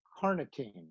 carnitine